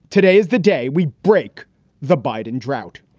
today is the day we break the biden drought.